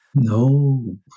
No